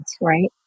right